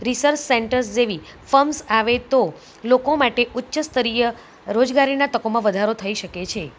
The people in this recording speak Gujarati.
રિસર્ચ સેન્ટર્સ જેવી ફર્મ્સ આવે તો લોકો માટે ઉચ્ચસ્તરીય રોજગારીના તકોમાં વધારો થઈ શકે છે